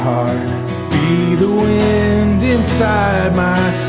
the the wind inside my